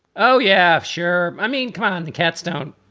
oh, yeah, sure. i mean, come on. um the cats don't.